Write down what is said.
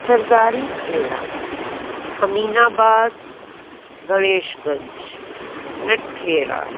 Sardari Khera Aminabad Ganeshganj Natkhera